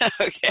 okay